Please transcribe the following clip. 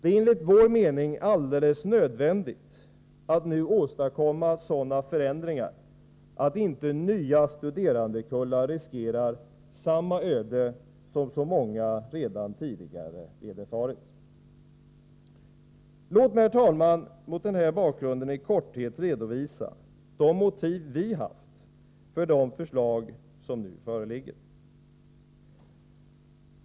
Enligt vår mening är det alldeles nödvändigt att åstadkomma sådana förändringar att inte nya studerandekullar riskerar samma öde som så många redan tidigare vederfarits. Herr talman! Låt mig mot den bakgrunden i korthet redovisa de motiv vi har haft för de förslag som föreligger.